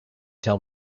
tell